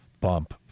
bump